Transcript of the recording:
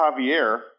Javier